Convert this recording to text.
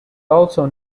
also